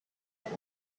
love